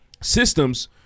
systems